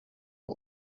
are